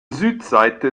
südseite